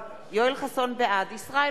בעד ישראל